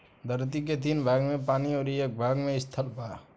धरती के तीन भाग में पानी अउरी एक भाग में स्थल बा